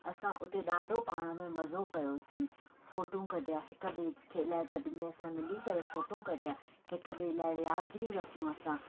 असां हुते ॾाढो पाण में मज़ो कयोसीं फोटू कढिया हिक ॿिए खे खेलाए गॾ में मिली करे फोटो कढिया हिक ॿिए लाइ यादिगिरियूं रखियूं असां